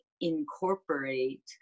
incorporate